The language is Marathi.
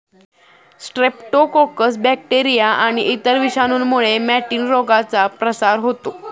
स्ट्रेप्टोकोकस बॅक्टेरिया आणि इतर विषाणूंमुळे मॅटिन रोगाचा प्रसार होतो